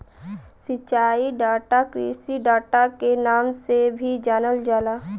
सिंचाई डाटा कृषि डाटा के नाम से भी जानल जाला